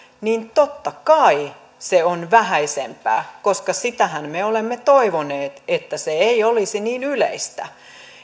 niin totta kai se on vähäisempää koska sitähän me olemme toivoneet että se ei olisi niin yleistä